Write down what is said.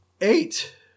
eight